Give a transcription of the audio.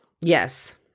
Yes